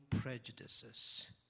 prejudices